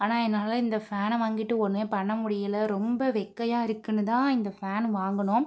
ஆனால் என்னால் இந்த ஃபேனை வாங்கிட்டு ஒன்றுமே பண்ண முடியலை ரொம்ப வெக்கையாக இருக்குதுன்னு தான் இந்த ஃபேனு வாங்குனோம்